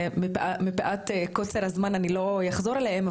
ומפאת קוצר הזמן אני לא אחזור עליהם.